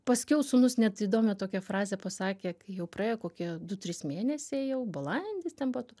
paskiau sūnus net įdomią tokią frazę pasakė kai jau praėjo kokie du trys mėnesiai jau balandis ten pat